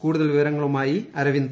കൂടുതൽ വിവരങ്ങളുമായി അരവിന്ദ്